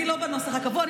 אני לא בנוסח הקבוע.